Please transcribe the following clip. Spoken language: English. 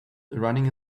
running